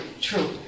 true